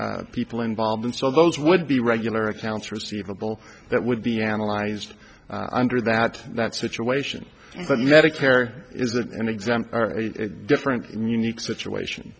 people involved and so those would be regular accounts receivable that would be analyzed under that that situation but medicare is that and exempt are different unique situation